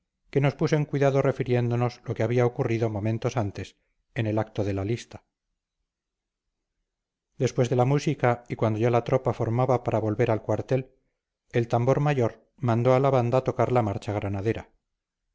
que nos puso en cuidado refiriéndonos lo que había ocurrido momentos antes en el acto de la lista después de la música y cuando ya la tropa formaba para volver al cuartel el tambor mayor mandó a la banda tocar la marcha granadera